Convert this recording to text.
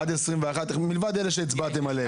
מלבד אלה שהצבעתם עליהם.